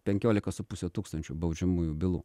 penkiolika su puse tūkstančio baudžiamųjų bylų